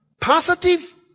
positive